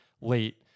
late